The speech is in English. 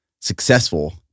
successful